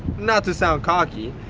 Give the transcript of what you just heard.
not to sound cocky,